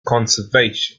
conservation